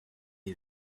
iba